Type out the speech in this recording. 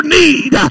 need